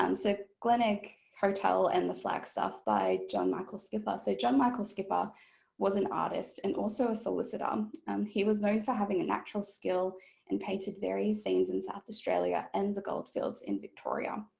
um so glenelg hotel and the flagstaff by john michael skipper. so john michael skipper was an artist and also a solicitor um and he was known for having a natural skill and painted various scenes in south australia and the goldfields in victoria.